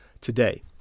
today